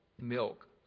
milk